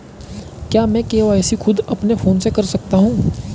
क्या मैं के.वाई.सी खुद अपने फोन से कर सकता हूँ?